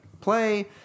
play